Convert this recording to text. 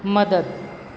મદદ